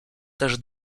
też